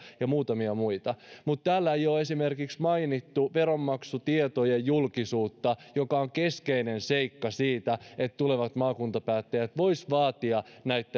ja muutamia muita mutta täällä ei ole mainittu esimerkiksi veronmaksutietojen julkisuutta joka on keskeinen seikka siinä että tulevat maakuntapäättäjät voisivat vaatia